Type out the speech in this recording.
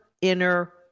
inner